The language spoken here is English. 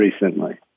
recently